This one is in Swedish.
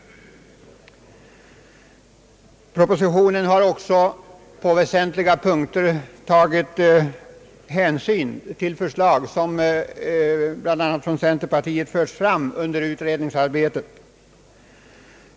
Propositionen har på väsentliga punkter tagit hänsyn till förslag som bl.a. centerpartiet fört fram under utredningsarbetet.